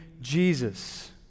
Jesus